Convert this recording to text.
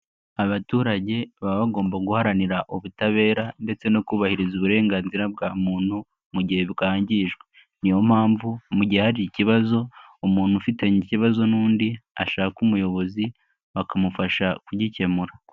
Abaturage baba bagomba guharanira ubutabera ndetse no kubahiriza uburenganzira bwa muntu mu gihe bwangijwe. Niyo mpamvu mu gihe hari ikibazo umuntu ufitanye ikibazo n'undi, ashaka umuyobozi akamufasha kugikemura.